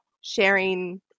sharing